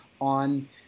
on